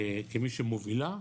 כמי שמובילה,